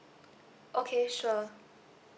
okay sure